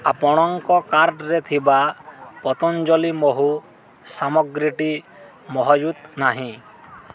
ଆପଣଙ୍କ କାର୍ଟ୍ରେ ଥିବା ପତଞ୍ଜଳି ମହୁ ସାମଗ୍ରୀଟି ମହଜୁଦ ନାହିଁ